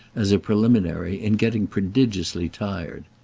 as a preliminary, in getting prodigiously tired.